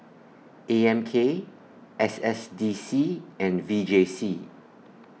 A M K S S D C and V J C